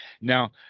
Now